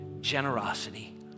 generosity